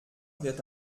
wird